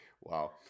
wow